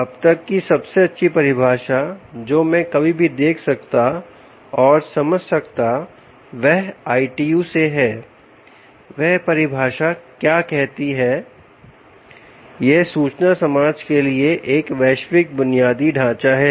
अब तक की सबसे अच्छी परिभाषा जो मैं कभी भी देख सकता और समझ सकता वह ITU से हैवह परिभाषा वास्तव में क्या कहती है कि यह सूचना समाज के लिए एक वैश्विक बुनियादी ढांचा है